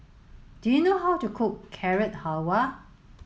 do you know how to cook Carrot Halwa